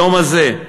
היום הזה,